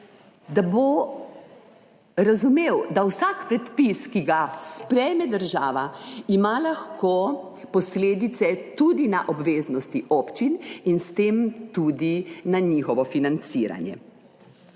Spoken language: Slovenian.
da bo razumel, da vsak predpis, ki ga sprejme država, ima lahko posledice tudi na obveznosti občin in s tem tudi na njihovo financiranje.